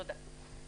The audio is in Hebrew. תודה.